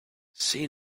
see